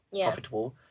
profitable